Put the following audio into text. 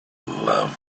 love